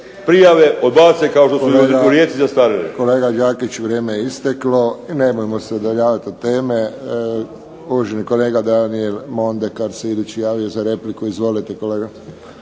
prijave odbace kao što su u Rijeci zastarjele. **Friščić, Josip (HSS)** Kolega Đakić vrijeme je isteklo. Nemojmo se udaljavati od teme. Uvaženi kolega Daniel Mondekar se idući javio za repliku. Izvolite kolega.